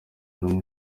n’umwe